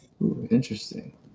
Interesting